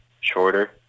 shorter